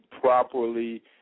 properly